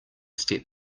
step